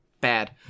bad